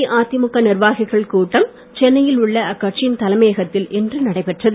அஇஅதிமுக நிர்வாகிகள் கூட்டம் சென்னையில் உள்ள அக்கட்சியின் தலையைகத்தில் இன்று நடைபெற்றது